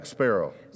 Sparrow